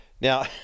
now